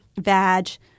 badge